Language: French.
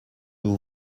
vous